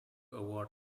award